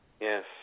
Yes